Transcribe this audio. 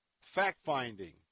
fact-finding